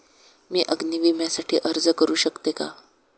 मी अग्नी विम्यासाठी अर्ज करू शकते का?